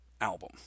album